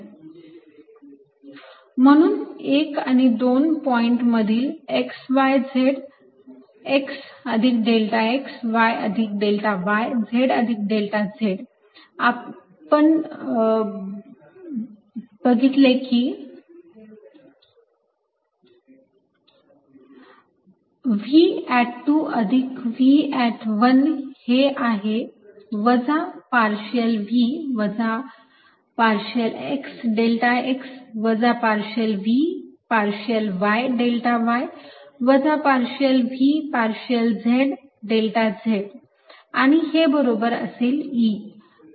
dl Ein terms of potential V2V1 VxxyyzzV1 ∂V∂xx ∂V∂yy ∂V∂zz म्हणून 1 आणि 2 point मधील x y z x अधिक delta x y अधिक delta y z अधिक delta z आपण बघितले आहे की V अधिक V हे आहे वजा पार्शियल V वजा पार्शियल x डेल्टा x वजा partial V partial y delta y वजा partial V partial z delta z आणि हे बरोबर असेल E